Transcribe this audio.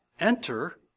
enter